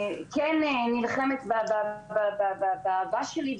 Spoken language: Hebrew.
כן נלחמת באהבה שלי,